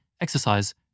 exercise